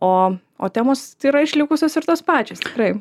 o o temos tai yra išlikusios ir tos pačios tikrai